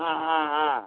ஆ ஆ ஆ